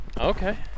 Okay